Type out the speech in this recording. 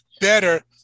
better